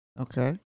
Okay